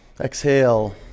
Exhale